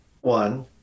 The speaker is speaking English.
One